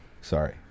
Sorry